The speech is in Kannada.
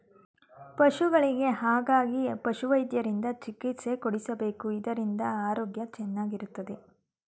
ಪಶುಗಳಿಗೆ ಹಾಗಾಗಿ ಪಶುವೈದ್ಯರಿಂದ ಚಿಕಿತ್ಸೆ ಕೊಡಿಸಬೇಕು ಇದರಿಂದ ಆರೋಗ್ಯ ಚೆನ್ನಾಗಿರುತ್ತದೆ